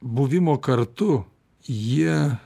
buvimo kartu jie